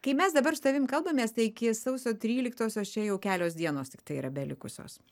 kai mes dabar su tavim kalbamės tai iki sausio tryliktosios čia jau kelios dienos tiktai yra belikusios